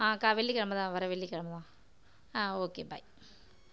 வெள்ளி கிழம தான் வர வெள்ளி கிழம தான் ஓகே பாய்